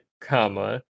comma